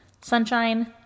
sunshine